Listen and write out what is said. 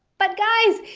but guys,